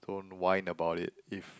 don't whine about it if